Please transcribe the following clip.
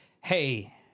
Hey